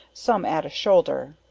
some add a shoulder.